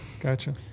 Gotcha